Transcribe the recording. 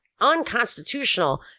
unconstitutional